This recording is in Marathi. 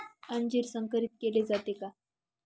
अंजीर संकरित केले जाते का?